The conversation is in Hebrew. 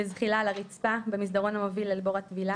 בזחילה על הרצפה במסדרון המוביל אל בור הטבילה.